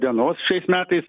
dienos šiais metais